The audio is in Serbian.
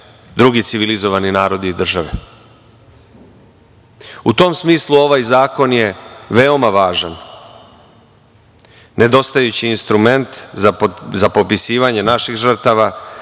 drugi civilizovani narodi i države.U tom smislu ovaj zakon je veoma važan, nedostajući instrument za popisivanje naših žrtava,